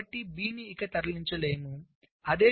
కాబట్టి B ని ఇక తరలించలేము